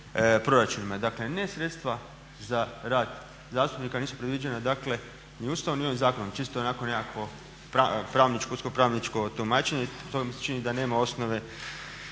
proračunima. Dakle ne sredstva za rad zastupnika, nisu predviđena dakle ni Ustavom ni ovim zakonom, čisto onako nekakvo … pravničko tumačenje. To mi se čini da nema osnove